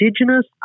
Indigenous